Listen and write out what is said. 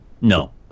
No